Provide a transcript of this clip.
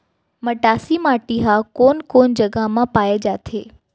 मटासी माटी हा कोन कोन जगह मा पाये जाथे?